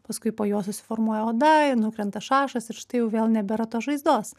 paskui po juo susiformuoja oda ir nukrenta šašas ir štai jau vėl nebėra tos žaizdos